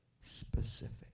specific